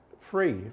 free